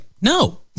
No